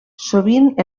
sovint